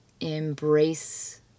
embrace